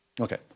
Okay